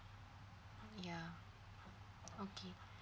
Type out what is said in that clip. ya okay